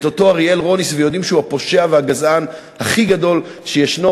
אותו אריאל רוניס ויודעים שהוא הפושע והגזען הכי גדול שישנו,